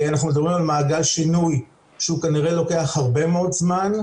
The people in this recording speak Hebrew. אנחנו מדברים על מעגל שינוי שכנראה לוקח הרבה מאוד זמן,